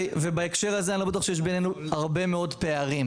ובהקשר הזה אני לא בטוח שיש ביננו הרבה מאד פערים,